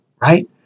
right